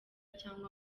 cyangwa